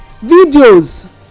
videos